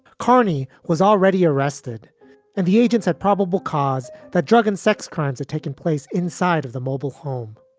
carney was already arrested and the agents have probable cause that drug and sex crimes are taking place inside of the mobile home.